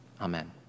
Amen